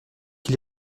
qui